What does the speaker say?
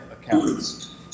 accounts